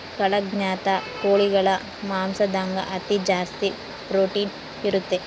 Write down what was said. ಕಡಖ್ನಾಥ್ ಕೋಳಿಗಳ ಮಾಂಸದಾಗ ಅತಿ ಜಾಸ್ತಿ ಪ್ರೊಟೀನ್ ಇರುತ್ತೆ